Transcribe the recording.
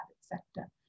sector